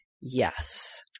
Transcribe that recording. Yes